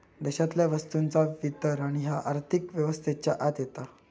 देशातल्या वस्तूंचा वितरण ह्या आर्थिक व्यवस्थेच्या आत येता